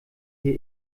hier